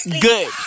Good